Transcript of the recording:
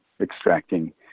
extracting